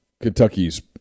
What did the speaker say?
Kentucky's